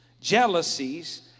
jealousies